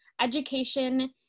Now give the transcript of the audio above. Education